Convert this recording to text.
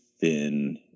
thin